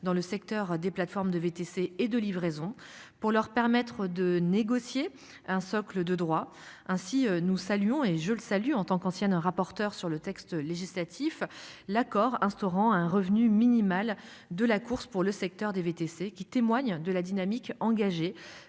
dans le secteur des plateformes de VTC et de livraison pour leur permettre de négocier un socle de droits ainsi nous saluons et je le salue en tant qu'ancienne un rapporteur sur le texte législatif. L'accord instaurant un revenu minimal de la course pour le secteur des VTC, qui témoigne de la dynamique engagée